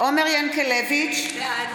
בעד